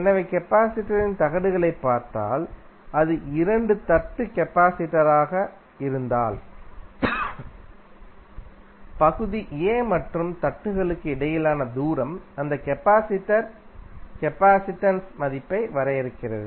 எனவே கெபாசிடரின் தகடுகளைப் பார்த்தால் அது இரண்டு தட்டு கெபாசிடராக இருந்தால் பகுதி A மற்றும் தட்டுகளுக்கு இடையிலான தூரம் அந்த கெபாசிடரின் கெபாசிடன்ஸ் மதிப்பை வரையறுக்கிறது